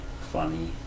funny